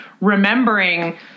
remembering